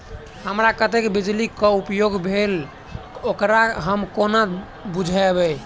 हमरा कत्तेक बिजली कऽ उपयोग भेल ओकर हम कोना बुझबै?